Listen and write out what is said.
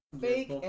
fake